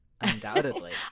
Undoubtedly